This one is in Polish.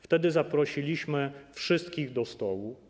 Wtedy zaprosiliśmy wszystkich do stołu.